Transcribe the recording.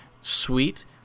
Sweet